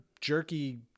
jerky